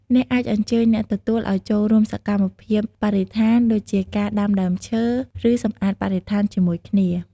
អ្នកអាចអញ្ជើញអ្នកទទួលឲ្យចូលរួមសកម្មភាពបរិស្ថាន ដូចជាការដាំដើមឈើ ឬសម្អាតបរិស្ថានជាមួយគ្នា។